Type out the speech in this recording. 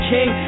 King